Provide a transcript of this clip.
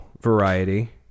Variety